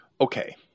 Okay